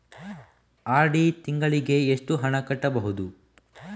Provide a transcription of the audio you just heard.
RD ತಿಂಗಳಿಗೆ ಎಷ್ಟು ಹಣ ಕಟ್ಟಬಹುದು?